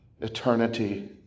eternity